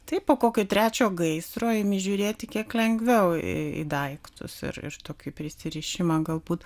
tai po kokio trečio gaisro imi žiūrėti kiek lengviau į daiktus ir aš tokį prisirišimą galbūt